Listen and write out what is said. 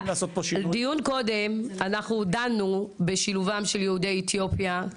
דיון קודם אנחנו דנו בשילובם של יהודי אתיופיה,